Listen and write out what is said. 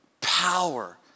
power